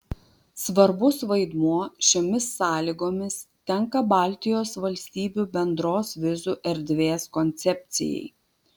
svarbus vaidmuo šiomis sąlygomis tenka baltijos valstybių bendros vizų erdvės koncepcijai